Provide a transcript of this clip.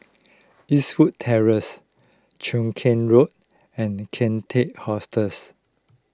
Eastwood Terrace Cheow Keng Road and Kian Teck Hostel